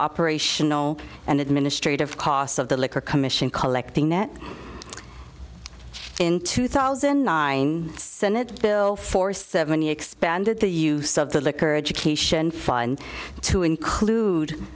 operational and administrative costs of the liquor commission collecting net in two thousand and nine senate bill for seventy expanded the use of the liquor education fund to